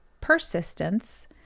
persistence